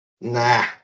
nah